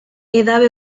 edabe